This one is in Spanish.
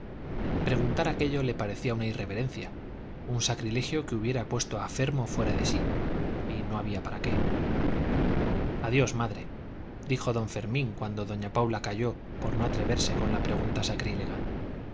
preguntar aquello le parecía una irreverencia un sacrilegio que hubiera puesto a fermo fuera de sí y no había para qué adiós madre dijo don fermín cuando doña paula calló por no atreverse con la pregunta sacrílega